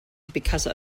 because